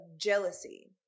jealousy